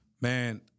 Man